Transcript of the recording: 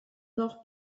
noch